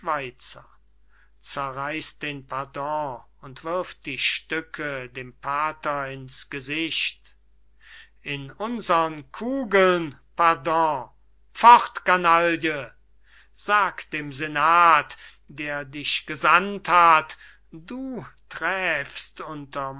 pardon und wirft die stücke dem pater in's gesicht in unsern kugeln pardon fort kanaille sag dem senat der dich gesandt hat du